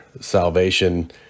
salvation